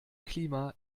klima